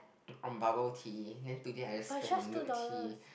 on bubble tea then today I just spent on milk tea